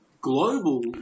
global